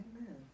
Amen